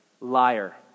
liar